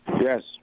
Yes